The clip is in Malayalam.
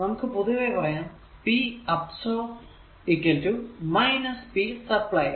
നമുക്ക് പൊതുവെ പറയാം p അബ്സോർബ്ഡ് p സപ്പ്ളൈഡ്